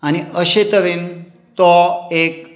आनी अशे तरेन तो एक